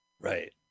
Right